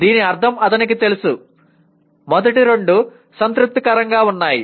దీని అర్థం అతనికి తెలుసు మొదటి రెండు సంతృప్తికరంగా ఉన్నాయి